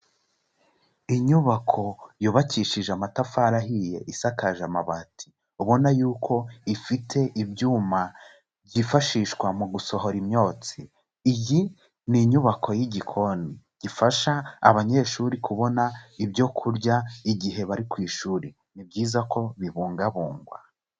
Inyubako yubakishije amatafari ahiye isakaje amabati ubona y'uko ifite ibyuma byifashishwa mugusohora imyotsi, iyi ni inyubako y'igikoni gifasha abanyeshuri kubona ibyo kurya igihe bari ku ishuri, ni byiza ko bibungabungwa.